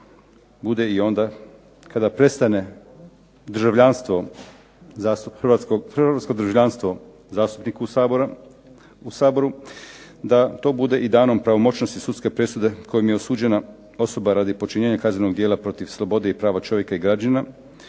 bude i onda kada prestane državljanstvo zastupniku u Saboru da to bude i danom pravomoćnosti sudske presude kojom je osuđena osoba radi počinjenja kaznenog djela protiv slobode i prava čovjeka i građanina